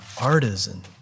artisan